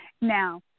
Now